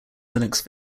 linux